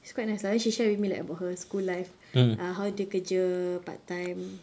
she's quite nice lah then she shared with me like about her school life uh how dia kerja part time